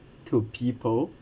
to people